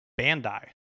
Bandai